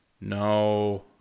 No